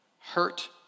hurt